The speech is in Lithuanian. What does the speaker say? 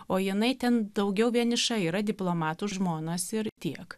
o jinai ten daugiau vieniša yra diplomatų žmonos ir tiek